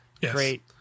great